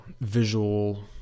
visual